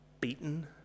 beaten